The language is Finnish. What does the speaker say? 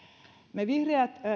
me vihreät